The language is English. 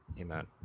amen